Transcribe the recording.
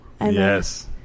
yes